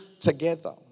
together